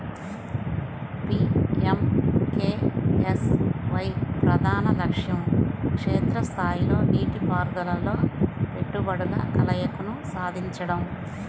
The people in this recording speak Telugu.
పి.ఎం.కె.ఎస్.వై ప్రధాన లక్ష్యం క్షేత్ర స్థాయిలో నీటిపారుదలలో పెట్టుబడుల కలయికను సాధించడం